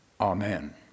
amen